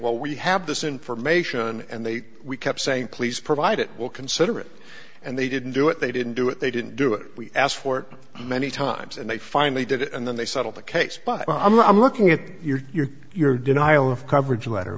well we have this information and they kept saying please provide it will consider it and they didn't do it they didn't do it they didn't do it we asked for it many times and they finally did it and then they settle the case but i'm looking at your your your denial of coverage letter